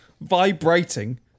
vibrating